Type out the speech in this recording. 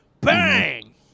Bang